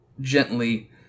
gently